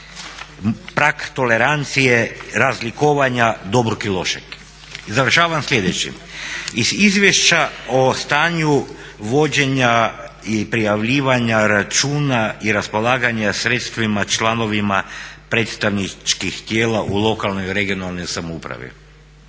prag tolerancije razlikovanja dobrog i lošeg. I završavam slijedećim, iz izvješća o stanju vođenja i prijavljivanja računa i raspolaganja sredstvima članovima predstavničkih tijela u lokalnoj i regionalnoj samoupravi.